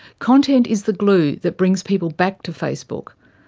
content is the glue that brings people back to facebook,